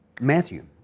Matthew